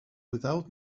without